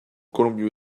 colombie